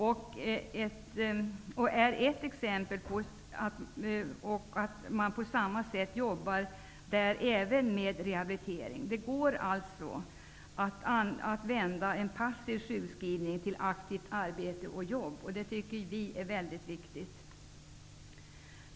Det är ett exempel på hur man jobbar med rehabilitering. Det går alltså att vända passiv sjukskrivning till aktivt arbete, och det tycker vi är väldigt viktigt.